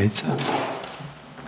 itd.?